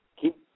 Keep